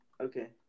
Okay